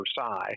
Versailles